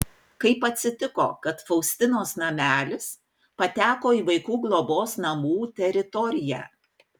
kaip atsitiko kad faustinos namelis pateko į vaikų globos namų teritoriją